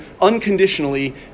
unconditionally